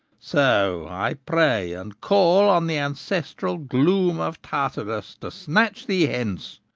so i pray and call on the ancestral gloom of tartarus to snatch thee hence,